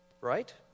right